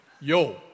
Yo